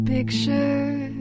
Picture